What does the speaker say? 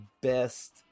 best